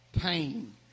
pain